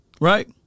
Right